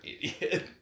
idiot